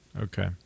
Okay